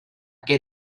que